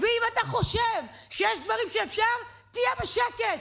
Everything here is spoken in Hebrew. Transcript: ואם אתה חושב שיש דברים שאפשר תהיה בשקט.